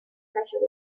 pressure